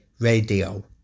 Radio